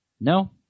No